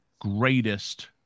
greatest